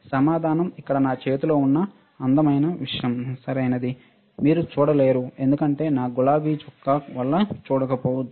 సమాధానం ఇక్కడ నా చేతిలో ఉన్న ఈ అందమైన విషయం సరియైనది మీరు చూడలేరు ఎందుకంటే నా గులాబీ చొక్కా వల్ల చూడలేకపోవచ్చు